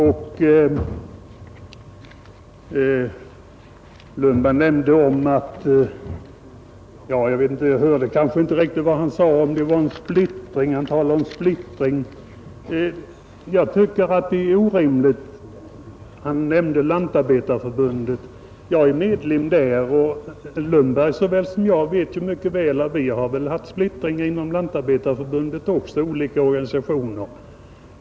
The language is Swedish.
Sedan talade herr Lundberg om splittring, och även om jag inte riktigt förstod vad han sade uppfattade jag ändå att han nämnde Lantarbetareförbundet. Jag är medlem av det förbundet, och herr Lundberg vet lika väl som jag att det har funnits splittring också där en gång i tiden och då Nr 39 hade vi flera organisationer.